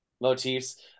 motifs